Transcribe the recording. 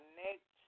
next